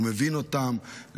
הוא מבין לליבן,